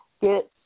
get